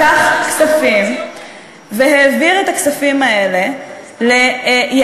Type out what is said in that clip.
לקח כספים והעביר את הכספים האלה ליעדים